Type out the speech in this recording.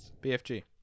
BFG